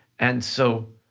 and so